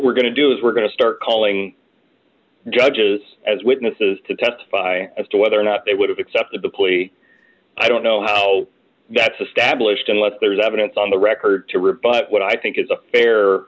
we're going to do is we're going to start calling judges as witnesses to testify as to whether or not they would have accepted the plea i don't know how that's established unless there's evidence on the record to rebut what i think is a fair